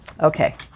okay